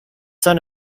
son